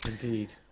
Indeed